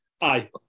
Aye